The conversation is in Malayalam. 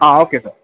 ആ ഓക്കെ സർ